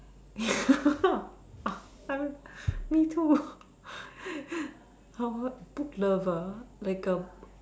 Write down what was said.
I me too book lover like a